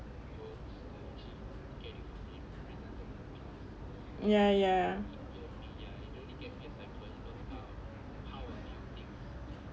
ya ya